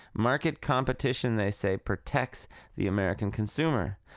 market competition they say, protects the american consumer.